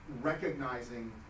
recognizing